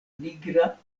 nigra